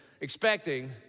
expecting